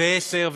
עשר,